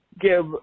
give